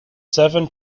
seven